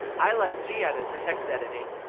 i like gedit for text editing,